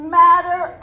matter